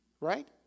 Right